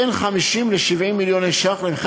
בין 50 ל-70 מיליוני שקלים.